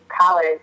college